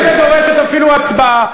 איננה דורשת אפילו הצבעה.